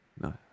No